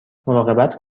مراقبت